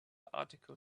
article